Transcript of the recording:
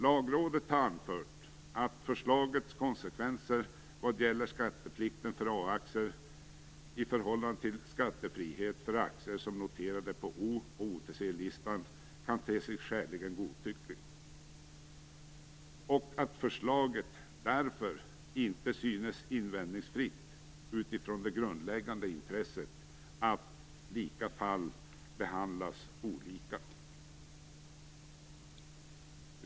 Lagrådet har anfört att förslagets konsekvenser vad gäller skatteplikten för A-aktier i förhållande till skattefrihet för aktier som är noterade på O och OTC-listan kan te sig skäligen godtyckliga och att förslaget därför inte synes invändningsfritt utifrån det grundläggande intresset att lika fall behandlas olika.